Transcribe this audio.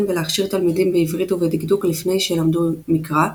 ולהכשיר תלמידים בעברית ובדקדוק לפני שלמדו מקרא,